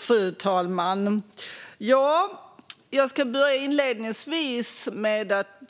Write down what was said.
Fru talman! Låt mig inledningsvis hålla med